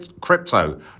crypto